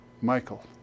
Michael